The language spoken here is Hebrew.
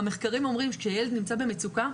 המחקרים אומרים שכשילד נמצא במצוקה,